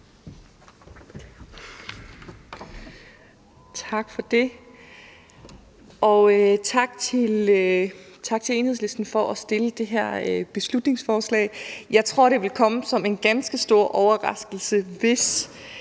Tak for det, og tak til Enhedslisten for at fremsætte det her beslutningsforslag. Jeg tror, at det ville komme som en ganske stor overraskelse, når